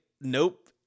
Nope